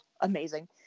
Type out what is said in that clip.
amazing